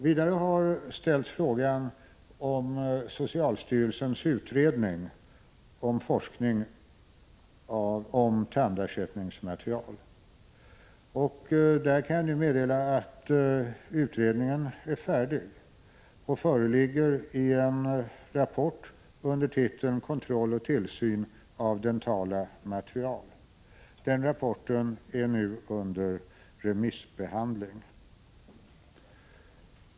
Vidare har det frågats om socialstyrelsens utredning om forskning om tandersättningsmaterial. Jag kan meddela att utredningen nu är färdig och föreligger i en rapport med titeln Kontroll och tillsyn av dentala material. Den rapporten är nu under remissbehandling.